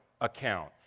account